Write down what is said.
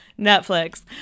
Netflix